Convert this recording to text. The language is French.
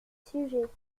sujet